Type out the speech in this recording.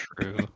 True